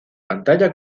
pantalla